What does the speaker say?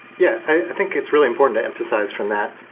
yeah, i think it's really important to emphasize from that.